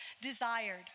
desired